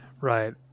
Right